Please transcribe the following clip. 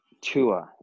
Tua